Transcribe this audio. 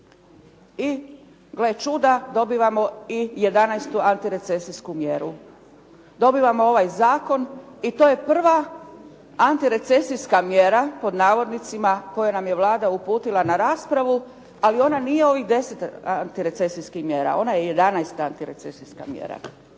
i gle čuda, dobivamo i 11. antirecesijsku mjeru. Dobivamo ovaj zakon i to je prva "antirecesijska mjera" koju nam je Vlada uputila na raspravu, ali ona nije ovih deset antirecesijskih mjera, ona je 11. antirecesijska mjera.